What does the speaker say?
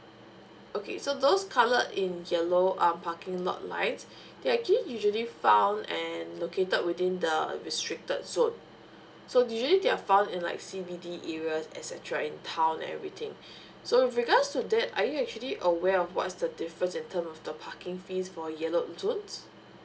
okay so those coloured in yellow um parking lot lines they actually usually found and located within the restricted zone so usually they are found in like C B D areas etcetera in town everything so with regards to that are you actually aware of what's the difference in term of the parking fees for yellow zones